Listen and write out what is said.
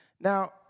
now